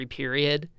period